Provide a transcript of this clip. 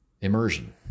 immersion